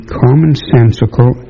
commonsensical